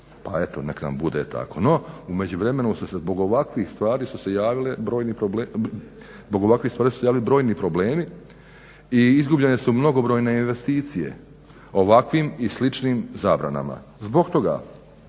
pa eto nek nam bude tako. No u međuvremenu zbog ovakvih stvari su se javili brojni problemi i izgubljene su mnogobrojne investicije, ovakvim i sličnim zabranama. Zbog toga